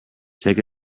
take